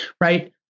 Right